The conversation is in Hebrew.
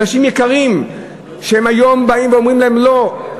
אנשים יקרים שהיום באים ואומרים להם: לא,